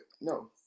No